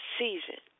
season